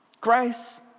Grace